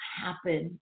happen